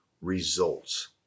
results